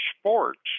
sports